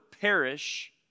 perish